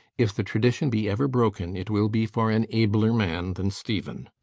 if the tradition be ever broken it will be for an abler man than stephen.